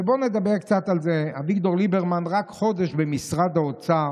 ובואו נדבר קצת על זה: אביגדור ליברמן רק חודש במשרד האוצר,